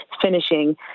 finishing